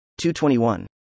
221